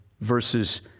versus